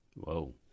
Whoa